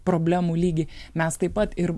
problemų lygį mes taip pat ir